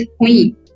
queen